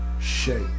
shape